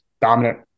Dominant